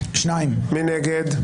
מי נגד?